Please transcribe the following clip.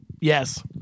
Yes